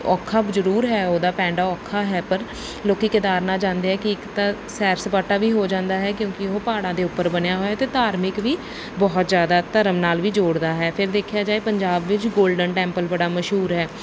ਔਖਾ ਜ਼ਰੂਰ ਹੈ ਉਹਦਾ ਪੈਂਡਾ ਔਖਾ ਹੈ ਪਰ ਲੋਕ ਕੈਦਾਰਨਾਥ ਜਾਂਦੇ ਆ ਕਿ ਇੱਕ ਤਾਂ ਸੈਰ ਸਪਾਟਾ ਵੀ ਹੋ ਜਾਂਦਾ ਹੈ ਕਿਉਂਕਿ ਉਹ ਪਹਾੜਾਂ ਦੇ ਉੱਪਰ ਬਣਿਆ ਹੋਇਆ ਅਤੇ ਧਾਰਮਿਕ ਵੀ ਬਹੁਤ ਜ਼ਿਆਦਾ ਧਰਮ ਨਾਲ ਵੀ ਜੋੜਦਾ ਹੈ ਫਿਰ ਦੇਖਿਆ ਜਾਏ ਪੰਜਾਬ ਵਿੱਚ ਗੋਲਡਨ ਟੈਂਪਲ ਬੜਾ ਮਸ਼ਹੂਰ ਹੈ